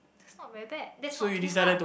that's not very bad that's not too far